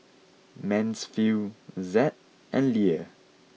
Mansfield Zed and Leah